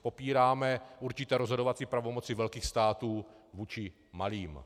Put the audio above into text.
Popíráme určité rozhodovací pravomoci velkých států vůči malým.